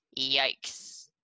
Yikes